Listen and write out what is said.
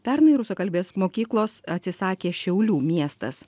pernai rusakalbės mokyklos atsisakė šiaulių miestas